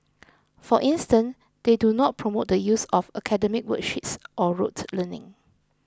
for instance they do not promote the use of academic worksheets or rote learning